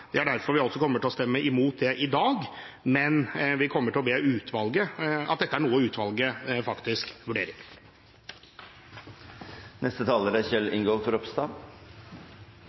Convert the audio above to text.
Det er derfor vi kommer til å stemme imot det i dag, men at dette er noe utvalget vurderer. Jeg vil starte med å